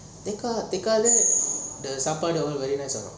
later ah sapaadu all very nice ah